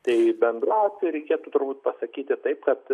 tai bendrausiai reikėtų turbūt pasakyti taip kad